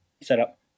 setup